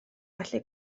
felly